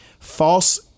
false